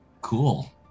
Cool